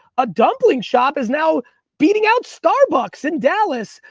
a dumpling shop is now beating out starbucks in dallas.